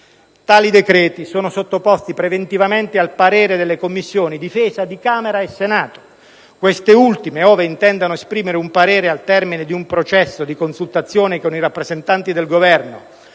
Tali decreti sono sottoposti preventivamente al parere delle Commissioni difesa di Camera e Senato. Queste ultime, ove intendano esprimere un parere al termine di un processo di consultazione con i rappresentanti del Governo